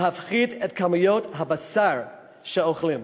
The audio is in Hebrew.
להפחית את כמויות הבשר שהוא אוכל.